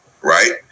right